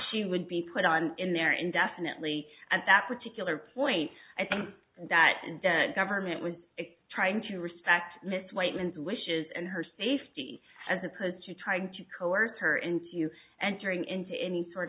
she would be put on in there indefinitely at that particular point i think that the government was trying to respect this whiteman's wishes and her safety as opposed to trying to coerce her into entering into any sort